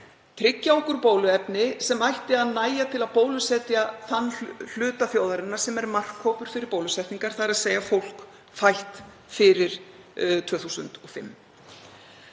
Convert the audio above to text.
tryggja okkur bóluefni sem ætti að nægja til að bólusetja þann hluta þjóðarinnar sem er markhópur fyrir bólusetningar, þ.e. fólk fætt fyrir 2005.